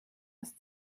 ist